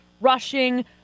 rushing